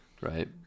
Right